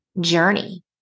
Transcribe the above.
journey